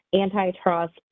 antitrust